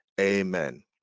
Amen